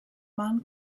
man